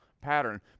pattern